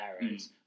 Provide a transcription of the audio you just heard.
errors